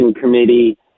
committee